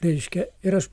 reiškia ir aš